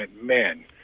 men